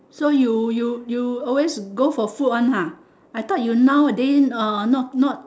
so you you you always go for food one ha I thought you now a day uh not not